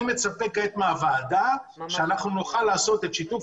אני מצפה כעת מהוועדה שנוכל לעשות שיתוף